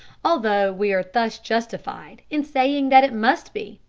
although we are thus justified in saying that it must be,